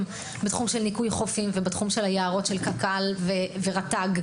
בתחום ניקוי חופים ויערות קק"ל ורט"ג,